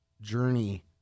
journey